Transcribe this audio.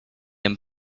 and